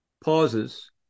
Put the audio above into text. pauses